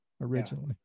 originally